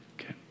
Okay